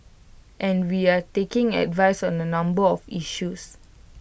and we're taking advice on A number of issues